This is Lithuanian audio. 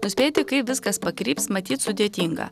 nuspėti kaip viskas pakryps matyt sudėtinga